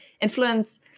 influence